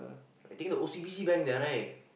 I think the O_C_B_C bank there right